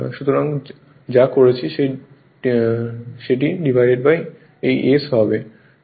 সুতরাং যা করছি সেই ডিভাইড এই সব জিনিস s হবে